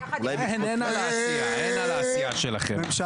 יחד עם המינהל האזרחי,